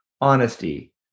honesty